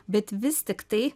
bet vis tiktai